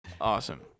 Awesome